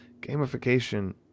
gamification